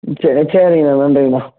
ம் சரி சரிங்கண்ணா நன்றிங்க அண்ணா